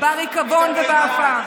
בריקבון ובעפר.